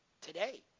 today